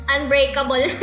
Unbreakable